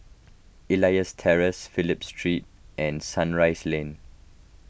Elias Terrace Phillip Street and Sunrise Lane